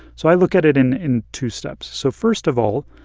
so i look at it in in two steps. so first of all,